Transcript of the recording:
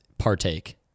Partake